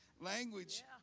language